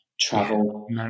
travel